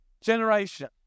generation